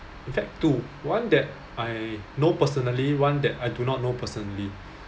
in fact two one that I know personally one that I do not know personally